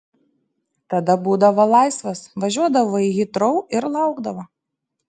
tada būdavo laisvas važiuodavo į hitrou ir laukdavo